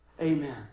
Amen